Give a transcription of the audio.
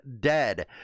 dead